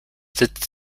sitzt